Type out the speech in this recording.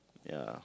ya